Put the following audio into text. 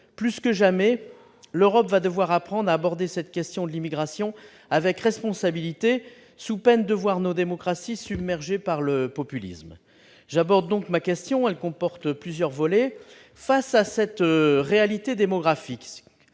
plus que jamais, l'Europe va devoir apprendre à aborder cette question de l'immigration avec responsabilité, sous peine de voir nos démocraties submergées par le populisme. J'en viens à ma question, qui comporte plusieurs volets. Face à cette réalité démographique,